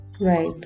Right